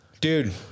dude